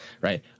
right